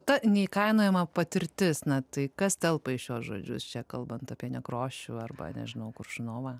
ta neįkainojama patirtis na tai kas telpa į šiuos žodžius čia kalbant apie nekrošių arba nežinau koršunovą